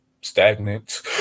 stagnant